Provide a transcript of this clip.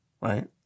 right